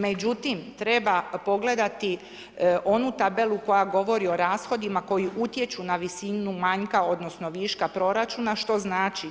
Međutim, treba pogledati onu tabelu koja govori o rashodima koji utječu na visinu manjka, odnosno viška proračuna što znači